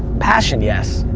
passion, yes.